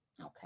okay